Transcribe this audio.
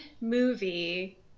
movie